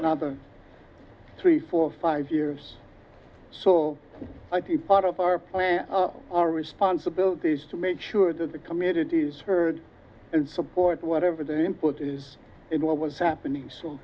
another three four five years so i think part of our our responsibilities to make sure that the communities heard and support whatever their input is in what was happening